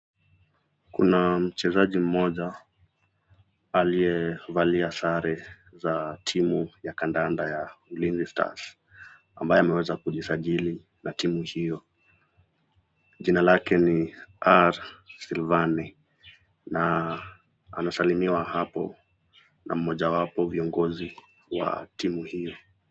Kuna mchezaji mmoja aliyevalia sare za timu ya kandanda ya ulizi stars ambaye ameweza kujisajili na timu hiyo. Jina lake ni R Silvane na anasalimiwa hapo na mmoja wapo viongozi wa timu hiyo.